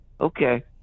Okay